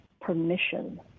permission